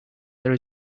there